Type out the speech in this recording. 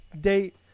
date